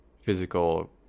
physical